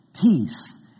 Peace